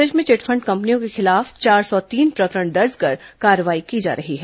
प्रदेश में चिटफंड कंपनियों के खिलाफ चार सौ तीन प्रकरण दर्ज कर कार्रवाई की जा रही है